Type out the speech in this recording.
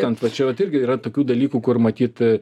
ten plačiau vat irgi yra tokių dalykų kur matyt